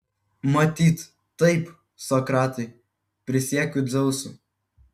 matyt taip sokratai prisiekiu dzeusu